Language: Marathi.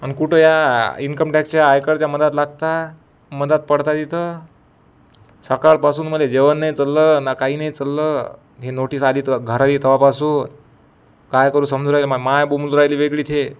आणि कुठं या इन्कम टॅक्सच्या आयकडच्या मधात लागता मधात पडता तिथं सकाळपासून मला जेवण नाही चाललं ना काही नाही चाललं ही नोटिस आली तर घराई तेव्हापासून काय करू समजून राहिलं मा माय बोंबलून राहिली वेगळी ते